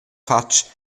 fatg